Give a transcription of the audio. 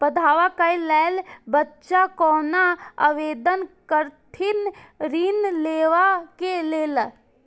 पढ़वा कै लैल बच्चा कैना आवेदन करथिन ऋण लेवा के लेल?